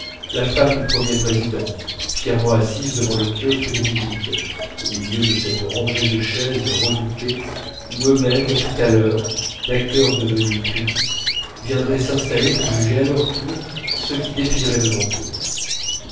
la femme du premier président fièrement assise devant le kiosque de musique au milieu de cette rangée de chaises redoutée où eux-mêmes tout à l'heure d'acteurs devenus critiques viendraient s'installer pour juger à leur tour ceux qui défileraient devant eux